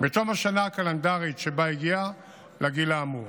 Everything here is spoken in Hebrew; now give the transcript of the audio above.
בתום השנה הקלנדרית שבה הגיע לגיל האמור.